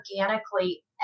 organically